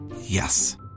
Yes